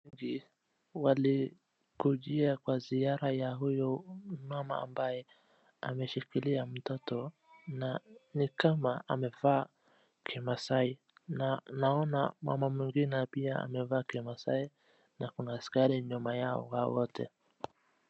Walikujia Kwa ziara ya huyu mama ambaye ameshikilia mtoto na nikama amevaa kimasai na naona mama mwingine pia amevaa kimasai na Kuna askari nyuma Yao hao wote.